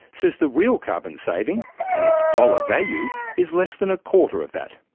says the real carbon saving and its dollar value is less than a quarter of that.